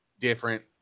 different